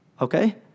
Okay